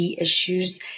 issues